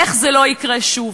ואיך זה לא יקרה שוב.